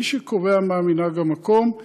מי שקובע מה מנהג המקום הם